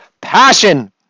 passion